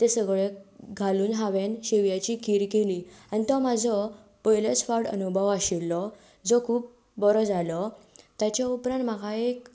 ते सगळे घालून हांवें शेवयाची खीर केली आनी तो म्हाजो पयलेच फावट अनुभव आशिल्लो जो खूब बरो जालो ताच्या उपरांत म्हाका एक